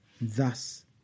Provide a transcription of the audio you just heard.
thus